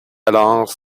alors